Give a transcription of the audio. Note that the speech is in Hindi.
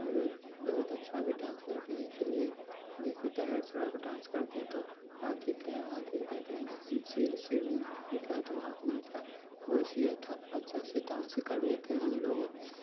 और बहुत अच्छा भी डांस करते हैं इसीलिए जैसे टाइगर श्राफ डांस करते हैं तो हाथ हिलता औ हाथ हिलता है तो सर सर नहीं हिलता है तो हट नहीं हिलता है बहुत सी अठा अच्छा से डांस कर लेते हैं उन लोग